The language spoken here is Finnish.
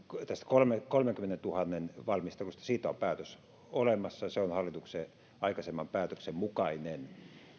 tästä kolmenkymmenentuhannen valmistelusta on päätös olemassa ja se on hallituksen aikaisemman päätöksen mukainen